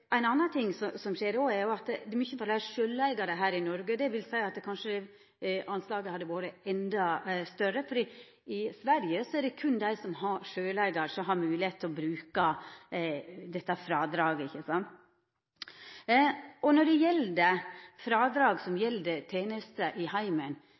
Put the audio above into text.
Ein annan ting er at det er mange fleire sjølveigarar her i Noreg. Det vil seia at overslaget hadde vore endå større, for i Sverige er det berre dei som er sjølveigarar, som har moglegheit til å bruka dette frådraget. Når det gjeld frådrag som gjeld tenester i heimen,